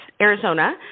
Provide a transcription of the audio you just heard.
Arizona